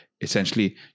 essentially